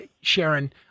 Sharon